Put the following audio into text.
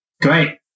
great